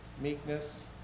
meekness